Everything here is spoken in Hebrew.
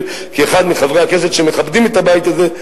כאחד מחברי הכנסת שמכבדים את הבית הזה,